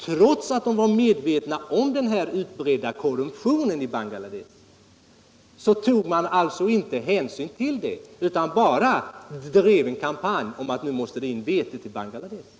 Trots att de var medvetna om den utbredda korruptionen i Bangladesh tog de inte hänsyn till det utan drev bara en kampanj om att nu måste vete sändas till Bangladesh.